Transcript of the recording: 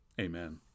Amen